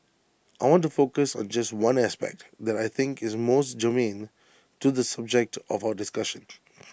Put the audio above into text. I want to focus on just one aspect that I think is most germane to the subject of our discussion